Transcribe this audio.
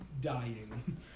dying